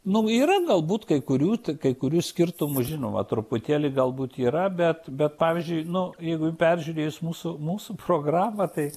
nu yra galbūt kai kurių kai kurių skirtumų žinoma truputėlį galbūt yra bet bet pavyzdžiui nu jeigu peržiūrėjus mūsų mūsų programą tai